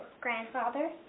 Grandfather